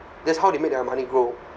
that's how they make their money grow